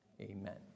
Amen